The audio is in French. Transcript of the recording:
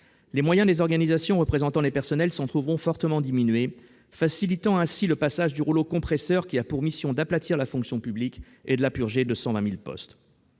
Les moyens des organisations représentant les personnels s'en trouveront fortement diminués, ce qui facilitera le passage du rouleau compresseur ayant pour mission d'aplatir la fonction publique et de la purger de 120 000 postes.